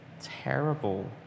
terrible